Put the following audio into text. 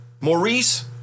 Maurice